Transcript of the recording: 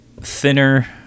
thinner